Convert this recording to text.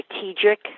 strategic